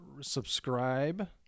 subscribe